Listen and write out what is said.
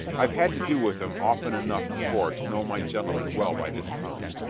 i've had to do with em often enough before to know my gentlemen well by this time.